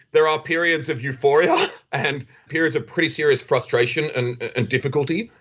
there are periods of euphoria and periods of pretty serious frustration and difficulty.